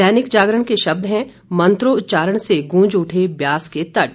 दैनिक जागरण के शब्द हैं मंत्रोच्चारण से गूंज उठे व्यास के तट